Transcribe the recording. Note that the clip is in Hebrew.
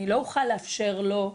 אני לא אוכל לאפשר לו.